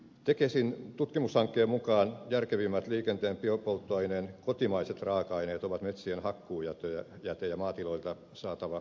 tekesin tutkimushankkeen mukaan järkevimmät liikenteen biopolttoaineen kotimaiset raaka aineet ovat metsien hakkuujäte ja maatiloilta saatava olki